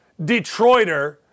Detroiter